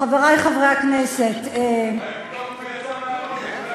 חברי חברי הכנסת, אולי פתאום הוא יצא